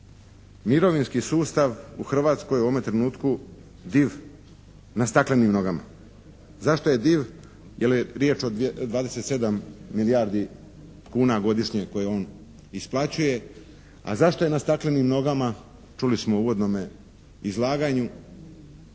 mirovinski sustav u Hrvatskoj u ovome trenutku div na staklenim nogama. Zašto je div? Jer je riječ o 27 milijardi kuna godišnje koje on isplaćuje. A zašto je na staklenim nogama? Čuli smo u uvodnome izlaganju.